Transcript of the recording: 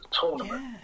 tournament